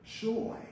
joy